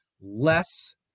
less